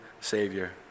Savior